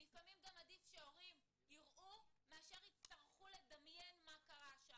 לפעמים עדיף שהורים יראו מאשר יצטרכו לדמיין מה קרה בגן.